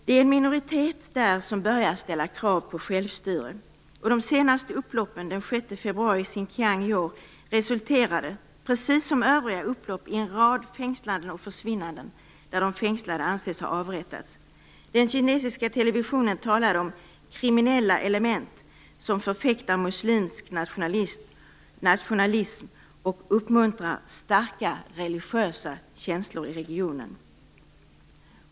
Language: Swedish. Det är en minoritet där som börjar ställa krav på självstyre. De senaste upploppen, den 6 februari i Sinkiang i år, resulterade precis som övriga upplopp i en rad fängslanden och försvinnanden, och de fängslade anses ha avrättats. Den kinesiska televisionen talade om kriminella element som förfäktar muslimsk nationalism och uppmuntrar starka religiösa känslor i regionen.